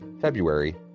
February